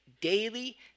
daily